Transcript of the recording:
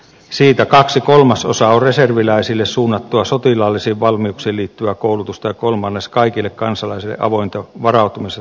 siitä kaksi kolmasosaa on reserviläisille suunnattua sotilaallisiin valmiuksiin liittyvää koulutusta ja kolmannes kaikille kansalaisille avointa varautumis ja turvallisuuskoulutusta